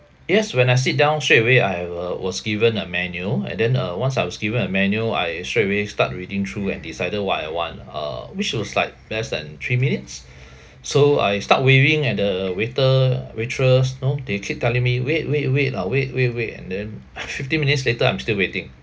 yes when I sit down straight away I wa~ was given a menu and then uh once I was given a menu I straight away start reading through and decided what I want uh which was like less than three minutes so I start waving and the uh waiter waitress know they keep telling me wait wait wait lah wait wait wait and then fifteen minutes later I'm still waiting